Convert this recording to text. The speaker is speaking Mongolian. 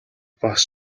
бас